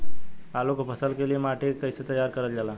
आलू क फसल के लिए माटी के कैसे तैयार करल जाला?